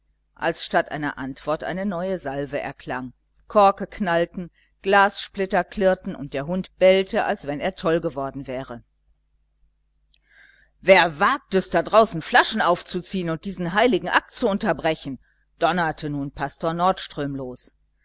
als statt einer antwort eine neue salve erklang korke knallten glassplitter klirrten und der hund bellte als wenn er toll geworden wäre wer wagt es da draußen flaschen aufzuziehen und diesen heiligen akt zu unterbrechen donnerte nun pastor nordström los